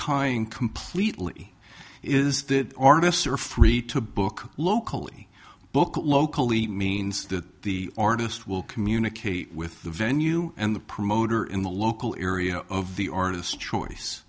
tying completely is that artists are free to book locally book locally means that the artist will communicate with the venue and the promoter in the local area of the artist choice